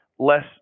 Less